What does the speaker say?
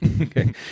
Okay